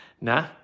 Nah